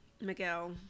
Miguel